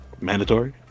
mandatory